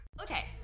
Okay